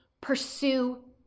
pursue